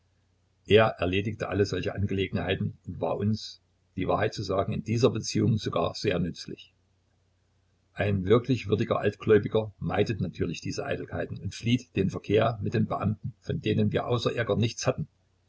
er erledigte alle solche angelegenheiten und war uns die wahrheit zu sagen in dieser beziehung sogar sehr nützlich ein wirklich würdiger altgläubiger meidet natürlich diese eitelkeiten und flieht den verkehr mit den beamten von denen wir außer ärger nichts hatten